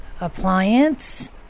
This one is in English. appliance